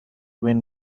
win